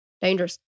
Dangerous